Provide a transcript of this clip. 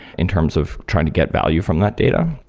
in terms of trying to get value from that data.